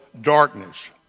darkness